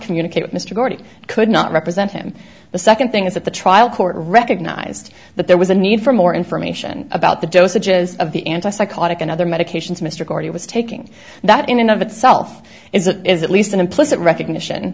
communicate with mr gordy could not represent him the second thing is that the trial court recognized that there was a need for more information about the dosages of the anti psychotic and other medications mr gordy was taking that in and of itself is that is at least an implicit recognition